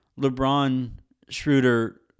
LeBron-Schroeder